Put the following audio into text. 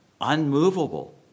unmovable